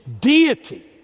deity